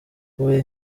huye